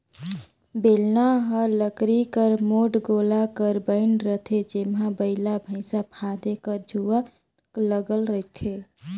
बेलना हर लकरी कर मोट गोला कर बइन रहथे जेम्हा बइला भइसा फादे कर जुवा लगल रहथे